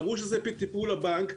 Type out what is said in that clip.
אמרו שזה בטיפול הבנק.